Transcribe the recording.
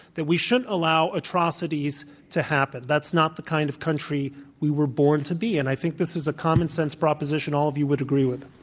that we shouldn't allow atrocities to happen. that's not the kind of country we were born to be. and i think this is a common-sense proposition all of you would agree with.